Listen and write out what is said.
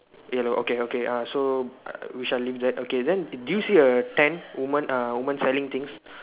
yellow okay okay err so we shall leave that okay then do you see a tent woman err woman selling things